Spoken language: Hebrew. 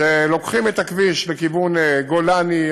כשלוקחים את הכביש לכיוון גולני,